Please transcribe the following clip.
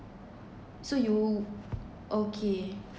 so you okay